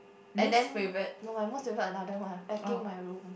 and then no my most favourite another one packing my room